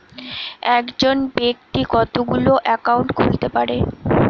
একজন ব্যাক্তি কতগুলো অ্যাকাউন্ট খুলতে পারে?